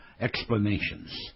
explanations